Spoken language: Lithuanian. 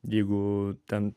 jeigu ten